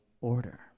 order